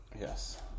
Yes